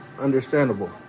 understandable